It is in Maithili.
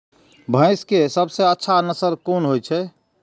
भैंस के सबसे अच्छा नस्ल कोन होय छे?